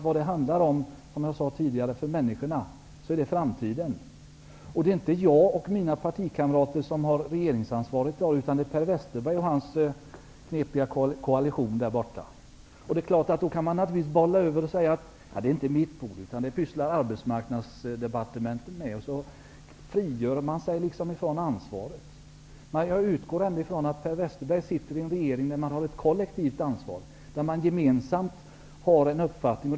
Vad det handlar om för människorna är, som jag tidigare sade, vad som skall ske i framtiden. Det är inte heller jag och mina partikamrater som har regeringsansvaret, utan det är Per Westerberg och andra i den knepiga regeringskoalitionen. Man kan naturligtvis bolla över ansvaret och säga: Det här är inte mitt bord. Detta är sådant som Arbetsmarknadsdepartementet sysslar med. På det sättet frigör man sig från ansvaret. Men jag utgår från att Per Westerberg sitter i en regering med ett kollektivt ansvar och en gemensam uppfattning.